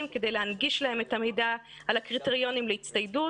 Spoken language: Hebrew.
כדי להנגיש להם את המידע על הקריטריונים להצטיידות.